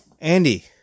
Andy